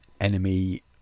enemy